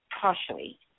partially